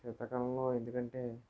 శీతాకాలంలో ఎందుకంటే